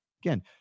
Again